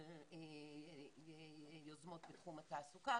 על יוזמות בתחום התעסוקה,